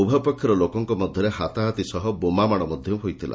ଉଭୟ ପକ୍ଷର ଲୋକଙ୍କ ମଧରେ ହାତାହାତି ସହ ବୋମାମାଡ ମଧ୍ଧ ହୋଇଥିଲା